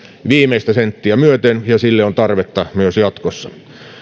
viimeistä senttiä myöten ja sille on tarvetta myös jatkossa